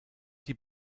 die